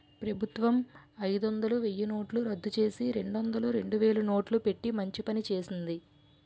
ప్రభుత్వం అయిదొందలు, వెయ్యినోట్లు రద్దుచేసి, రెండొందలు, రెండువేలు నోట్లు పెట్టి మంచి పని చేసింది